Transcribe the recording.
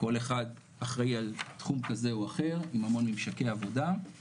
כל אחד אחראי על תחום כזה או אחר עם המון ממשקי עבודה,